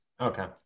Okay